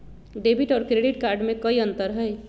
Debit और credit card में कई अंतर हई?